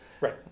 Right